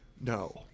no